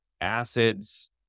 acids